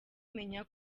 menya